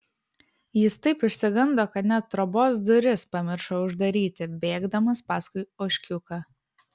jis taip išsigando kad net trobos duris pamiršo uždaryti bėgdamas paskui ožkiuką